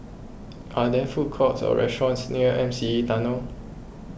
are there food courts or restaurants near M C E Tunnel